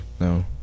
no